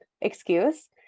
excuse